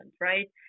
right